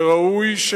וראוי,